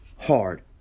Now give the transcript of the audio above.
hard